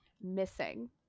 missing